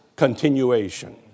continuation